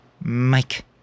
Mike